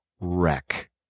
wreck